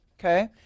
Okay